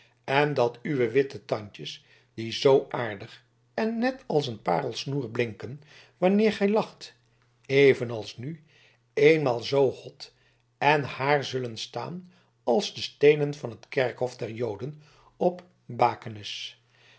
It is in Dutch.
en dat uw witte tandjes die zoo aardig en net als een parelsnoer blinken wanneer gij lacht evenals nu eenmaal zoo hot en haar zullen staan als de steenen van het kerkhof der joden op bakenes